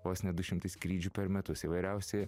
vos ne du šimtai skrydžių per metus įvairiausi